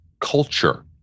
culture